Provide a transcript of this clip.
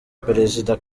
perezida